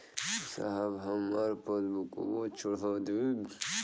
साहब हमार पासबुकवा चढ़ा देब?